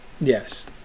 Yes